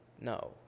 no